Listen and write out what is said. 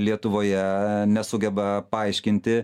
lietuvoje nesugeba paaiškinti